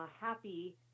happy